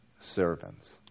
servants